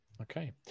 Okay